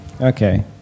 Okay